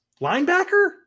Linebacker